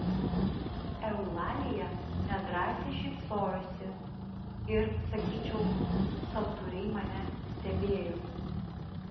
eulalija nedrąsiai šypsojosi ir sakyčiau santūriai mane stebėjo